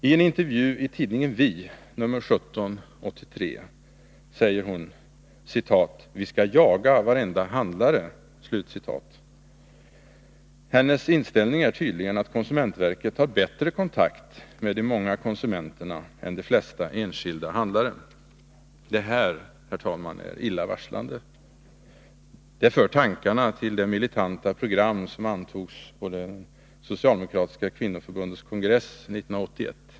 I en intervju i tidningen Vi, nr 17/1983 säger hon: ”Vi skall jaga varenda handlare.” Hennes inställning är tydligen att konsumentverket har bättre kontakt med de många konsumenterna än de flesta enskilda handlare. Det här, herr talman, är illavarslande. Det för tankarna till det militanta program som antogs på det socialdemokratiska kvinnoförbundets kongress 1981.